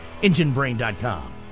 EngineBrain.com